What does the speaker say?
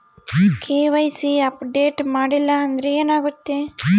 KYC update ಮಾಡಿಲ್ಲ ಅಂದ್ರೆ ಏನಾಗುತ್ತೆ?